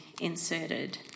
inserted